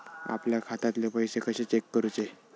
आपल्या खात्यातले पैसे कशे चेक करुचे?